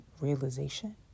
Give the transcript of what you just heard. realization